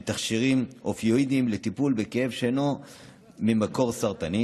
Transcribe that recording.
בתכשירים אופיואידיים לטיפול בכאב שאינו ממקור סרטני.